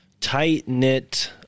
tight-knit